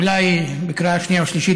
אולי, בקריאה שנייה ושלישית,